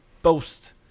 Boast